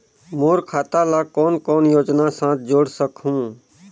मोर खाता ला कौन कौन योजना साथ जोड़ सकहुं?